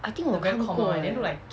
I think 我看过 eh